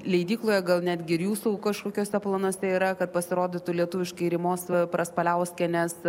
leidykloje gal netgi ir jūsų kažkokiose planuose yra kad pasirodytų lietuviškai rimos praspaliauskienės